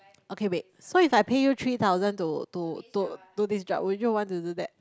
okay wait so if I pay you three thousand to to to to this job would you want to do that